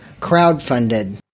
Crowdfunded